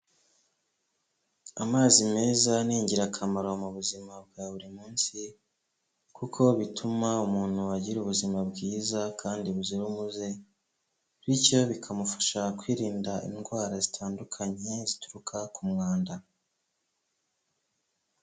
Amazi meza ni ingirakamaro mu buzima bwa buri munsi kuko bituma umuntu agira ubuzima bwiza kandi buzira umuze bityo bikamufasha kwirinda indwara zitandukanye zituruka ku mwanda.